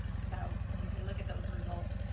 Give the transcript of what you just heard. so you can look at those results.